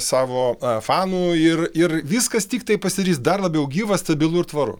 savo fanų ir ir viskas tiktai pasidarys dar labiau gyva stabilu ir tvaru